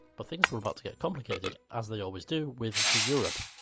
but things were about to get complicated, as they always do, with the europe.